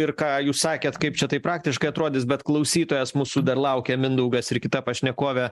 ir ką jūs sakėt kaip čia tai praktiškai atrodys bet klausytojas mūsų dar laukia mindaugas ir kita pašnekovė